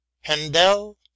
handel